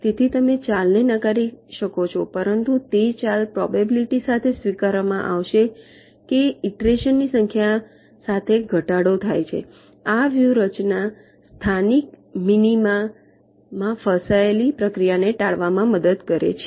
તેથી તમે તે ચાલ ને નકારી શકો છો પરંતુ તે ચાલ પ્રોબેબિલિટી સાથે સ્વીકારવામાં આવશે કે ઇટરેશનની સંખ્યા સાથે ઘટાડો થાય છે આ વ્યૂહરચના સ્થાનિક મિનિમા માં ફસાયેલી પ્રક્રિયાને ટાળવામાં મદદ કરે છે